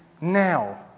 now